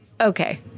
okay